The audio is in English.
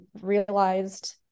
realized